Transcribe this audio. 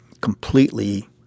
completely